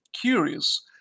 curious